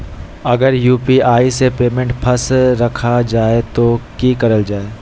अगर यू.पी.आई से पेमेंट फस रखा जाए तो की करल जाए?